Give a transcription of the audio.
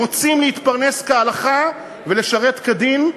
רוצים להתפרנס כהלכה ולשרת כדין,